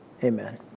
Amen